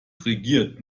regiert